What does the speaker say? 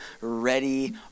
ready